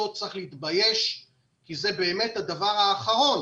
צריך להתבייש כי זה באמת הדבר האחרון